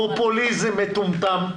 פופוליזם מטומטם,